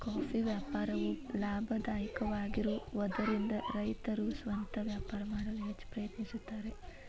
coffee ವ್ಯಾಪಾರವು ಲಾಭದಾಯಕವಾಗಿರುವದರಿಂದ ರೈತರು ಸ್ವಂತ ವ್ಯಾಪಾರ ಮಾಡಲು ಹೆಚ್ಚ ಪ್ರಯತ್ನಿಸುತ್ತಾರೆ